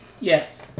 Yes